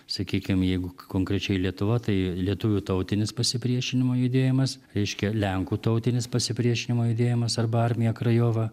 sakykim jeigu konkrečiai lietuva tai lietuvių tautinis pasipriešinimo judėjimas reiškia lenkų tautinis pasipriešinimo judėjimas arba armija krajova